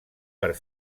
per